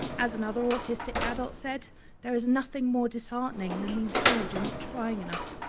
as another autistic adult said there is nothing more disheartening than being told you're not trying enough,